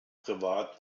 private